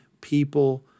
people